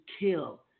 kill